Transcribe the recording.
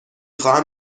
خواهم